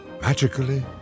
Magically